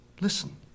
Listen